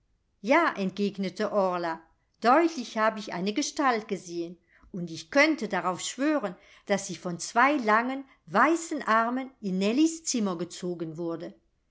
ja entgegnete orla deutlich habe ich eine gestalt gesehen und ich könnte darauf schwören daß sie von zwei langen weißen armen in nellies zimmer gezogen wurde